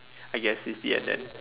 I guess it's the end then